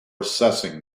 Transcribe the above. assessing